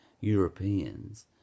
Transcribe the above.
Europeans